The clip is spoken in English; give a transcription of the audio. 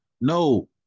no